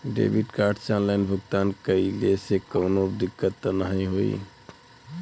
Debit card से online भुगतान कइले से काउनो दिक्कत ना होई न?